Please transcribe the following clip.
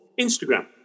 Instagram